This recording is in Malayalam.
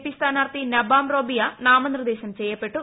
പി സ്ഥാനാർത്ഥി നിബ്ബാം റേബിയ ്നാമനിർദ്ദേശം ചെയ്യപ്പെട്ടു